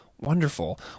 Wonderful